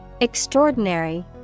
Extraordinary